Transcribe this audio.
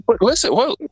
listen